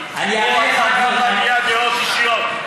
פה אתה כבר מביע דעות אישיות,